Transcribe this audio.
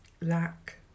lack